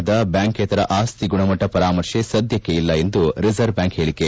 ದೊಡ್ಡ ಪ್ರಮಾಣದ ಬ್ಯಾಂಕೇತರ ಆಸ್ತಿ ಗುಣಮಟ್ಟ ಪರಾಮರ್ಶೆ ಸದ್ಯಕ್ಷೆ ಇಲ್ಲ ಎಂದು ರಿಸರ್ವ್ ಬ್ಯಾಂಕ್ ಹೇಳಕೆ